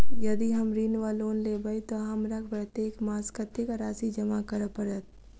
यदि हम ऋण वा लोन लेबै तऽ हमरा प्रत्येक मास कत्तेक राशि जमा करऽ पड़त?